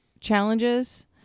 challenges